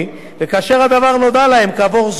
וכאשר הדבר נודע להם כעבור זמן,